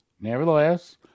Nevertheless